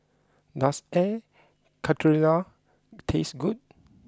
does Air Karthira taste good